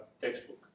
textbook